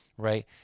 right